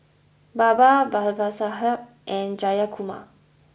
Baba Babasaheb and Jayakumar